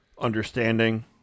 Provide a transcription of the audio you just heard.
understanding